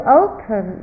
open